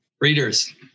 Readers